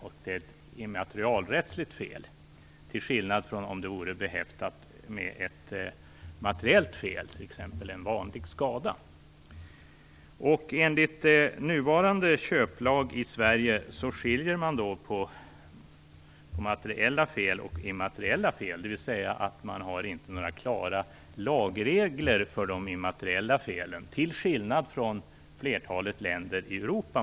Det är ett immaterialrättsligt fel, till skillnad från om varan vore behäftad med ett materiellt fel, t.ex. en vanlig skada. Enligt nuvarande köplag i Sverige skiljer man på materiella fel och immateriella fel, dvs. man har inte några klara lagregler för de immateriella felen till skillnad från flertalet länder i Europa.